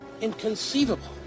inconceivable